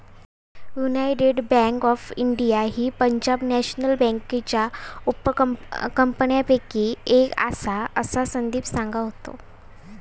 United Bank of India ही Punjab national बँकेच्या उपकंपन्यांपैकी एक आसा, असा संदीप सांगा होतो